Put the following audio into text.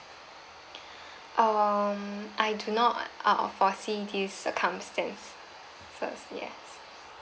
um I do not uh foresee this circumstance so is yes